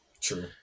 True